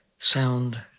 Sound